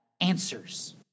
answers